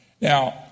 Now